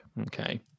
okay